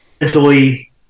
essentially